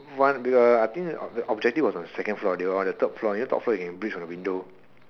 one uh I think the objective was on the second floor they were on the third floor you know top floor you can breach from the window